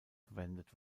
verwendet